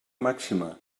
màxima